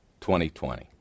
2020